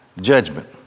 judgment